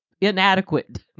inadequate